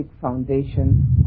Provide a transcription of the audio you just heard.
foundation